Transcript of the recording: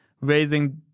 raising